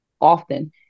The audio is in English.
often